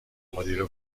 مدیر